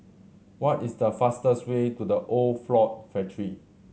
what is the fastest way to The Old Floor Factory